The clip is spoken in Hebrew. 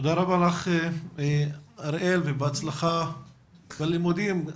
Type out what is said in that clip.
תודה רבה אריאל ובהצלחה בלימודים,